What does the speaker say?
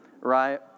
right